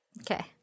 Okay